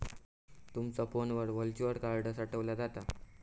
तुमचा फोनवर virtual card साठवला जाता